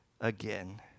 again